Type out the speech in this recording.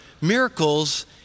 miracles